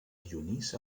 dionís